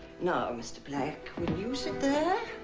now mr. black you sit there.